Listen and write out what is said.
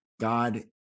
God